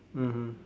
mmhmm